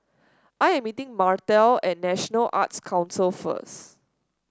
I am meeting Martell at National Arts Council first